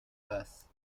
bass